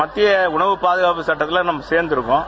மத்திய உணவு பாதுகாப்பு சட்டத்தில் நாம சேர்ந்திருக்கோம்